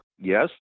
Yes